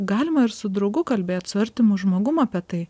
galima ir su draugu kalbėt su artimu žmogum apie tai